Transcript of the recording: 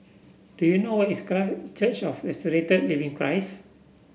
do you know where is Church of Resurrected Living Christ